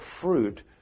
fruit